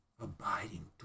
abiding